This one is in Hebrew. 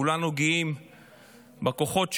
כולנו גאים בכוחות שלנו,